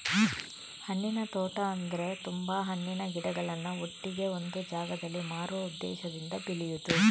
ಹಣ್ಣಿನ ತೋಟ ಅಂದ್ರೆ ತುಂಬಾ ಹಣ್ಣಿನ ಗಿಡಗಳನ್ನ ಒಟ್ಟಿಗೆ ಒಂದು ಜಾಗದಲ್ಲಿ ಮಾರುವ ಉದ್ದೇಶದಿಂದ ಬೆಳೆಯುದು